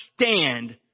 stand